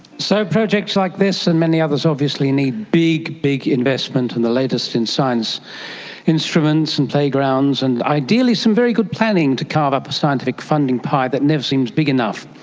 so projects like this and many others obviously need big, big investment, and the latest in science instruments and playgrounds, and ideally some very good planning to carve up a scientific funding pie that never seems big enough.